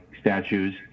statues